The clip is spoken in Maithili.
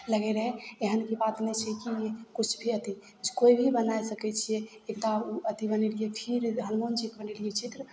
लगय रहय एहन कि बात नहि छै कि किछु भी अथी कोइ भी बनाय सकय छियै एकटा अथी बनेलियै फेर हनुमान जीके बनेलियै चित्र